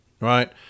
right